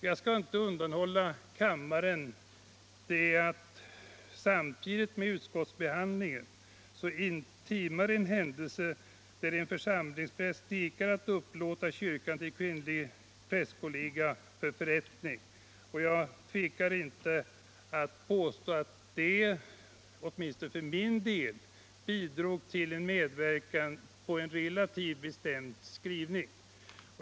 Jag skall inte undanhålla kammaren att samtidigt med utskottsbehandlingen timar en händelse där en församlingspräst vägrar att upplåta sin kyrka till en kvinnlig prästkollega för förrättning. Jag tvekar inte att tillstå att det åtminstone för min del bidrog till en medverkan i en relativt bestämd skrivning.